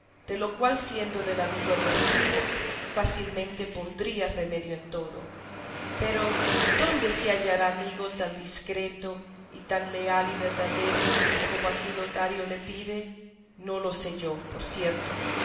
de lo cual siendo del amigo advertido fácilmente pondría remedio en todo pero dónde se hallará amigo tan discreto y tan leal y verdadero como aquí lotario le pide no lo sé yo por cierto